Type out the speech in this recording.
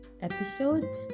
episode